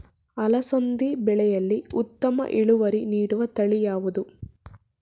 ಅಲಸಂದಿ ಬೆಳೆಯಲ್ಲಿ ಉತ್ತಮ ಇಳುವರಿ ನೀಡುವ ತಳಿ ಯಾವುದು?